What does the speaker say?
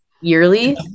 yearly